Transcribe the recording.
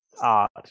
art